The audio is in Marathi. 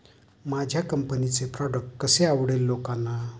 माझ्या कंपनीचे प्रॉडक्ट कसे आवडेल लोकांना?